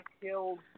killed